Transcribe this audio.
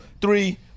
three